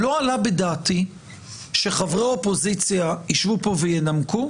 לא עלה בדעתי שחברי אופוזיציה ישבו פה וינמקו,